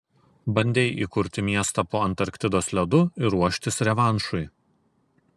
bandei įkurti miestą po antarktidos ledu ir ruoštis revanšui